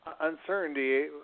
uncertainty